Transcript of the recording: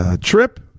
trip